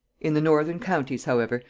in the northern counties, however,